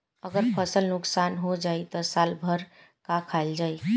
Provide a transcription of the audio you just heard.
अगर फसल नुकसान हो जाई त साल भर का खाईल जाई